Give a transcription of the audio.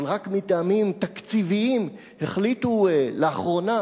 אבל רק מטעמים תקציביים החליטו לאחרונה